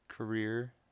Career